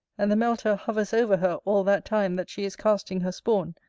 and the melter hovers over her all that time that she is casting her spawn,